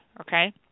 Okay